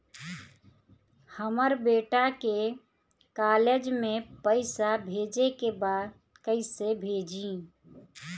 हमर बेटा के कॉलेज में पैसा भेजे के बा कइसे भेजी?